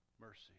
mercy